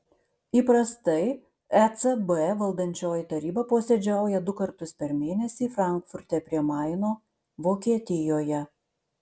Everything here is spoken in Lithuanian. įprastai ecb valdančioji taryba posėdžiauja du kartus per mėnesį frankfurte prie maino vokietijoje